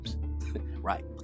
Right